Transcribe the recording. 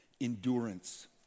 endurance